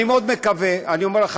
אני מקווה מאוד,